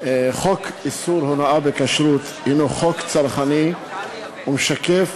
חוק איסור הונאה בכשרות הנו חוק צרכני ומשקף